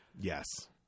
Yes